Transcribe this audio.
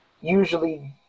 usually